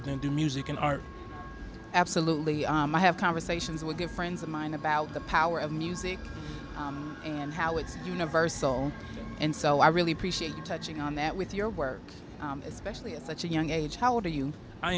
and do music and are absolutely i have conversations with good friends of mine about the power of music and how it's universal and so i really appreciate you touching on that with your work especially at such a young age how are you i